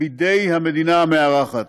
בידי המדינה המארחת.